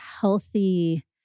healthy